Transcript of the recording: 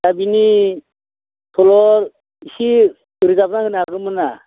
दा बिनि सल' इसि रोजाबना होनो हागौमोन ना